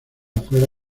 fuera